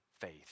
faith